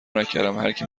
نکردم، هرکی